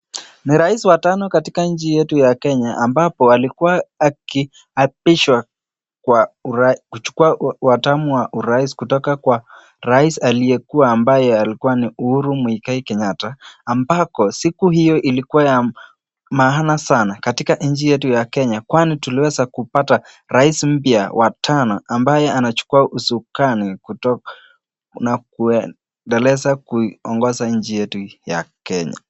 Ni rais wa tano katika nchi yetu ya Kenya ambapo alikuwa akiaapishwa kuchukua watamu wa rais kutoka kwa rais ambaye alikuwa ambaye ni Uhuru Muigai Kenyatta ambapo siku hiyo ilikuwa ya maana sana katika nchi yetu ya kenya kwani tuliweza kupata rais mpya wa tano ambaye anachukua ushukani kutoka na kuendeleza kuongoza nchi yetu ya Kenya.